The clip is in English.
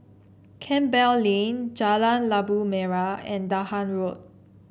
Campbell Lane Jalan Labu Merah and Dahan Road